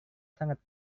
sangat